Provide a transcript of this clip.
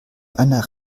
einer